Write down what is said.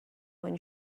when